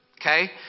Okay